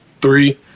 three